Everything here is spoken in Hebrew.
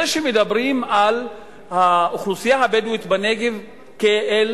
זה שמדברים על האוכלוסייה הבדואית בנגב כעל